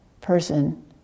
person